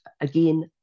again